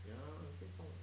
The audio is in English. ya 你可以放